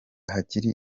hakiri